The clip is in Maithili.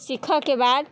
सीखऽके बाद